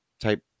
type